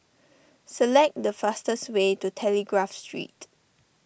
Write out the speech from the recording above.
select the fastest way to Telegraph Street